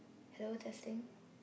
hello testing